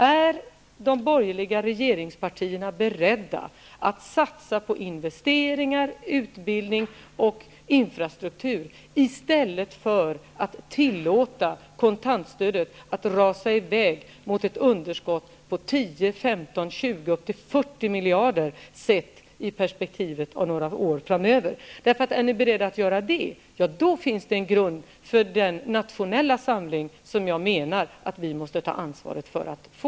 Är de borgerliga regeringspartierna beredda att satsa på investeringar, utbildning och infrastruktur i stället för att tillåta kontantstödet att rusa i väg mot ett underskott på 10, 15, 20, ja, upp till 40 miljarder, sett i perspektivet av några år framöver? Om ni är beredda att göra det finns det en grund för den nationella samling som jag anser att vi måste ta ansvar för att få.